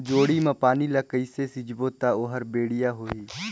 जोणी मा पानी ला कइसे सिंचबो ता ओहार बेडिया होही?